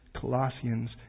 Colossians